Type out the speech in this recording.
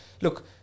look